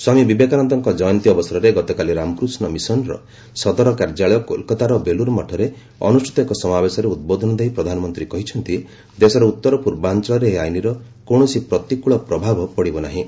ସ୍ୱାମୀ ବିବେକାନନ୍ଦଙ୍କ ଜୟନ୍ତୀ ଅବସରରେ ଗତକାଲି ରାମକୃଷ୍ଣ ମିଶନର ସଦର କାର୍ଯ୍ୟାଳୟ କୋଲକାତାର ବେଲୁର ମଠରେ ଅନୁଷ୍ଠିତ ଏକ ସମାବେଶରେ ଉଦ୍ବୋଧନ ଦେଇ ପ୍ରଧାନମନ୍ତ୍ରୀ କହିଛନ୍ତି ଦେଶର ଉତ୍ତର ପୂର୍ବାଞ୍ଚଳରେ ଏହି ଆଇନର କୌଣସି ପ୍ରତିକୃଳ ପ୍ରଭାବ ପଡ଼ିବ ନାହିଁ